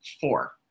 four